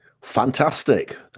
Fantastic